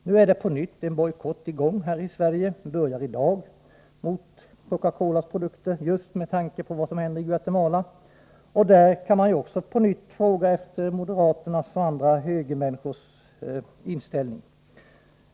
Nu är en bojkott mot Coca Colas produkter på nytt i gång här i Sverige, mot bakgrund av vad som händer i Guatemala. Bojkotten börjar i dag. Här kan man på nytt fråga efter moderaternas och andra högermänniskors inställning.